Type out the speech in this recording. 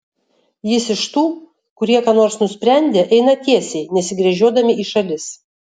jis iš tų kurie ką nors nusprendę eina tiesiai nesigręžiodami į šalis